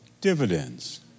dividends